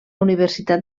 universitat